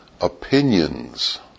Opinions